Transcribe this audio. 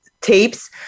tapes